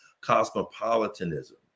cosmopolitanism